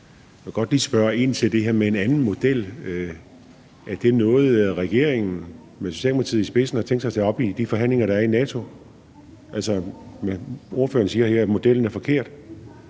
Jeg vil godt lige spørge ind til det her med en anden model. Er det noget, regeringen og Socialdemokratiet har tænkt sig at tage op i de forhandlinger, der er i NATO? Altså, ordføreren siger her, at modellen er forkert.